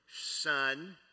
Son